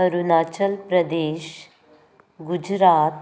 Arunachal Pradesh Gujarat